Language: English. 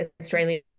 Australian